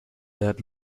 let